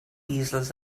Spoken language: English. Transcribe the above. easels